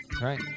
Right